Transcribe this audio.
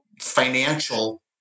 financial